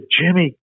Jimmy